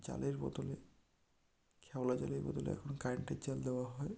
চালের বোতলে ক্যাওড়া জলের বোতলে এখন কারেন্টের চাল দেওয়া হয়